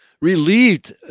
relieved